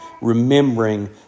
remembering